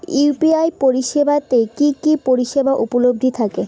UPI পরিষেবা তে কি কি পরিষেবা উপলব্ধি থাকে?